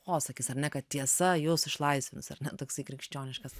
posakis ar ne kad tiesa juos išlaisvins ar ne toks krikščioniškas